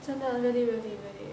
真的 really really really